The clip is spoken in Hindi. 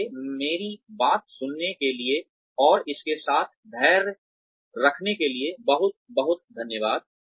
इसलिए मेरी बात सुनने के लिए और इसके साथ धैर्य रखने के लिए बहुत बहुत धन्यवाद